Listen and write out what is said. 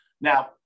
Now